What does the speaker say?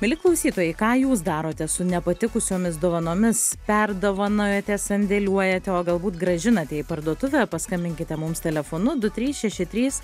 mieli klausytojai ką jūs darote su ne patikusiomis dovanomis perdovanojote sandėliuojate o galbūt grąžinate į parduotuvę paskambinkite mums telefonu du trys šeši trys